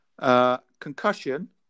Concussion